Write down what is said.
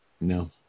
No